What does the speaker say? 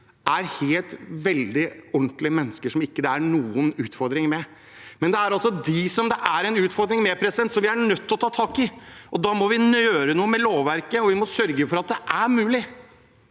er veldig ordentlige mennesker som det ikke er noen utfordringer med. Men det er de som det er utfordringer med, som vi er nødt til å ta tak i, og da må vi gjøre noe med lovverket, og vi må sørge for at det er mulig.